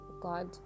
God